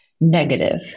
negative